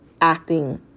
acting